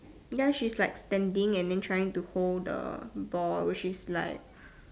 ya she's like standing and then trying to hold the ball which is like